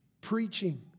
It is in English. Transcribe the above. preaching